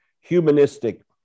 humanistic